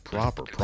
Proper